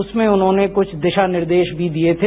उसमें उन्होंने कुछ दिशानिर्देश भी दिये थे